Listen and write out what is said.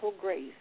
grace